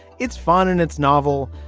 it's fun and it's novel,